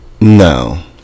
No